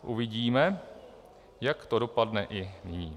Uvidíme, jak to dopadne i nyní.